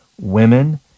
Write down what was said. women